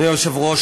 אדוני היושב-ראש,